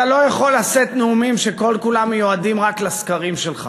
אתה לא יכול לשאת נאומים שכל-כולם מיועדים רק לסקרים שלך.